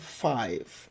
five